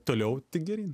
toliau tik geryn